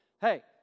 hey